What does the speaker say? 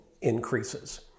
increases